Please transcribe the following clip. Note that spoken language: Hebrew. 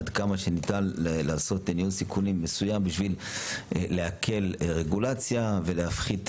עד כמה שניתן לעשות ניהול סיכונים מסוים כדי להקל רגולציה ולהפחית,